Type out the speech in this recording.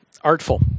Artful